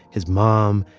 his mom,